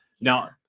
now